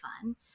fun